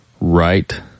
right